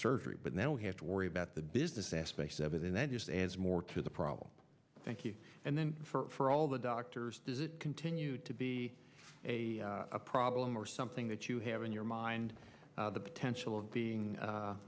surgery but now we have to worry about the business aspect of it and then just as more to the problem thank you and then for all the doctors does it continue to be a problem or something that you have in your mind the potential of being